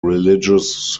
religious